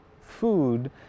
Food